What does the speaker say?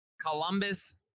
Columbus